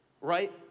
right